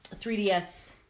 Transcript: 3DS